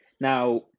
now